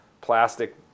plastic